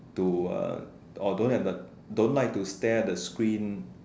to uh or don't have the don't like to stare at a screen